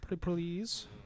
Please